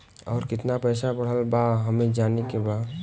और कितना पैसा बढ़ल बा हमे जाने के बा?